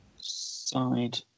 side